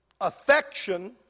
affection